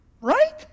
Right